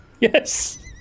Yes